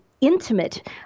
intimate